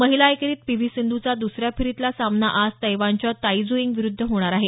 महिला एकेरीत P V सिंधूचा दुसऱ्या फेरीतला सामना आज तैवानच्या ताई ज्यू यिंग विरुद्ध होणार आहे